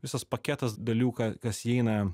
visas paketas dalių ka kas įeina